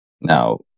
Now